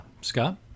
Scott